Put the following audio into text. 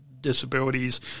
disabilities